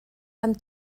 amb